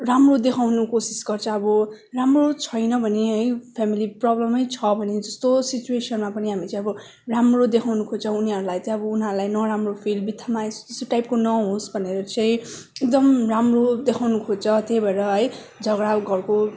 राम्रो देखाउनु कोसिस गर्छ अब राम्रो छैन भने है फेमिली प्रोब्लमै छ भने जस्तो सिच्वेसनमा पनि हामी चाहिँ अब राम्रो देखाउनु खोज्छौँ उनीहरूलाई चाहिँ अब उनीहरूलाई नराम्रो फिल बित्थामा आएछु जस्तो त्यस्तो टाइपको नहोस् भनेर चाहिँ एकदम राम्रो देखाउन खोज्छ त्यही भएर है झगडा घरको